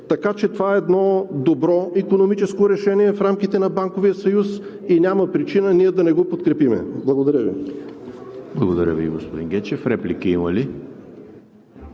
Така че това е едно добро икономическо решение в рамките на Банковия съюз и няма причина ние да не го подкрепим. Благодаря Ви. ПРЕДСЕДАТЕЛ ЕМИЛ ХРИСТОВ: Благодаря Ви, господин Гечев. Реплики има ли?